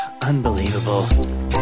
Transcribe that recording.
Unbelievable